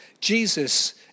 Jesus